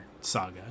saga